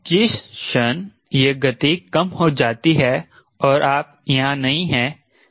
जिस क्षण यह गति कम हो जाती है और आप यहां नहीं हैं